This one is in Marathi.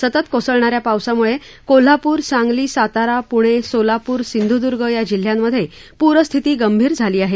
सतत कोसळणाऱ्या पावसामुळे विशेषतः कोल्हापूर सांगली सातारा पुणे सोलापूर सिंधुदुर्ग या जिल्ह्यांमधे पूरस्थिती गंभीर झाली आहे